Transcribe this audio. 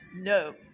no